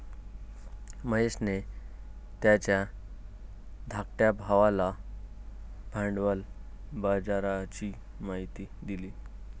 महेशने त्याच्या धाकट्या भावाला भांडवल बाजाराची माहिती दिली